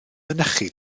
mynychu